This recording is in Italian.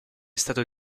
stato